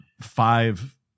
five